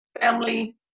family